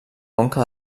conca